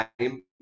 time